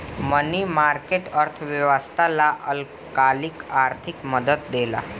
मनी market, अर्थव्यवस्था ला अल्पकालिक आर्थिक मदद देला